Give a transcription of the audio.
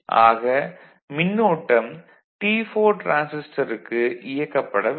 ஆக மின்னோட்டம் T4 டிரான்சிஸ்டருக்கு இயக்கப்படவில்லை